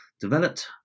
developed